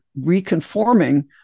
reconforming